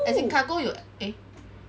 as in cargo 有 eh